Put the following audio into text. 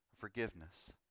forgiveness